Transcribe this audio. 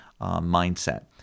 mindset